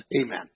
Amen